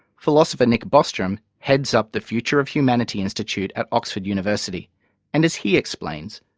philosopher nick bostrom heads up the future of humanity institute at oxford university and as he explains,